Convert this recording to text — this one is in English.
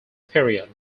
period